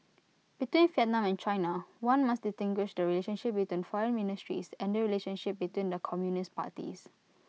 between Vietnam and China one must distinguish the relationship between foreign ministries and the relationship between the communist parties